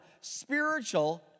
spiritual